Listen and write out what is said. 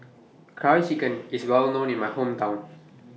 Curry Chicken IS Well known in My Hometown